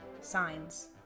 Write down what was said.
signs